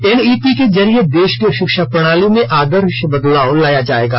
NEP के जरिये देश की शिक्षा प्रणाली में आदर्श बदलाव लाया जायेगा